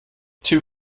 two